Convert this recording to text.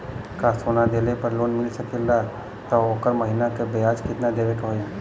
का सोना देले पे लोन मिल सकेला त ओकर महीना के ब्याज कितनादेवे के होई?